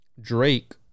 Drake